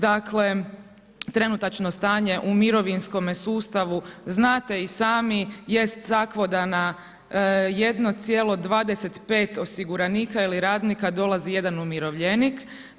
Dakle, trenutačno stanje u mirovinskome sustavu, znate i sami, jest takvo da na, 1,25 osiguranika ili radnika dolazi 1 umirovljenik.